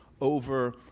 over